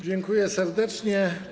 Dziękuję serdecznie.